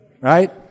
right